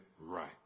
right